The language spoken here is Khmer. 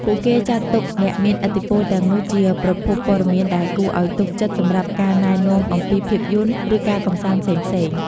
ពួកគេចាត់ទុកអ្នកមានឥទ្ធិពលទាំងនោះជាប្រភពព័ត៌មានដែលគួរឱ្យទុកចិត្តសម្រាប់ការណែនាំអំពីភាពយន្ត ឬការកម្សាន្តផ្សេងៗ។